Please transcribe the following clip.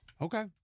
Okay